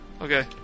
Okay